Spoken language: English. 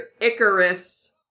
Icarus